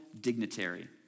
dignitary